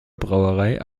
brauerei